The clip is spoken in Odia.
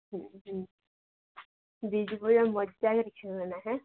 ହୁଁ ଡ୍ୟୁଟି ପରେ ମଜା କରି ଖେଳିବା